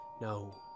No